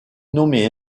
nommée